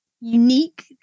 unique